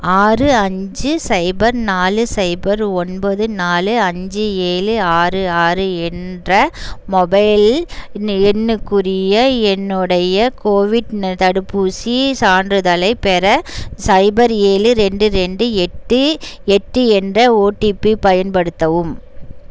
ஆறு அஞ்சு சைபர் நாலு சைபர் ஒன்பது நாலு அஞ்சு ஏழு ஆறு ஆறு என்ற மொபைல் எண்ணுக்குரிய என்னுடைய கோவிட் தடுப்பூசிச் சான்றிதழைப் பெற சைபர் ஏழு ரெண்டு ரெண்டு எட்டு எட்டு என்ற ஓடிபி பயன்படுத்தவும்